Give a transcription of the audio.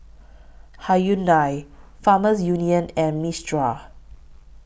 Hyundai Farmers Union and Mistral